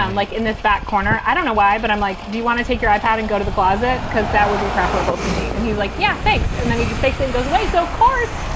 like in this back corner? i don't know why, but i'm like, do you want to take your ipod and go to the closet? because that would be preferable to me. and he's like, yeah, thanks. and then he just takes it goes away. so, of course,